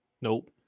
Nope